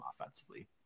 offensively